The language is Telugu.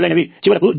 చివరకు ఇది GNV